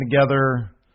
together